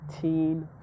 teen